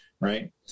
right